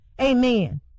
Amen